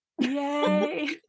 Yay